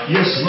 Yes